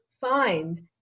find